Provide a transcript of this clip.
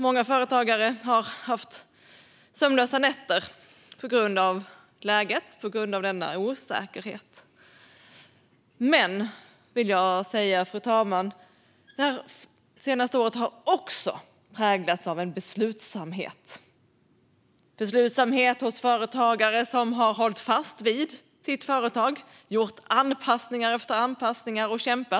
Många företagare har haft sömnlösa nätter på grund av läget och på grund av denna osäkerhet. Men, fru talman, det senaste året har också präglats av en beslutsamhet - en beslutsamhet hos företagare som har hållit fast vid sitt företag, gjort anpassningar efter anpassningar och kämpat.